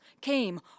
came